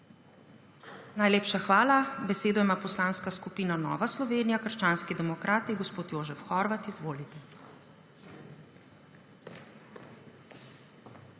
Najlepša hvala. Besedo ima Poslanska skupina Nova Slovenija – krščanski demokrati. Gospod Jožef Horvat, izvolite!